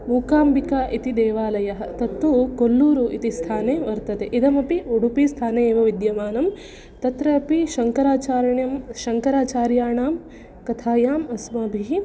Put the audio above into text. मूकाम्बिका इति देवालयः तत्तु कोल्लूरु इति स्थाने वर्तते इदमपि उडुपि स्थाने एव विद्यमानं तत्रापि शङ्काराचारणं शङ्कराचार्याणां कथायाम् अस्माभिः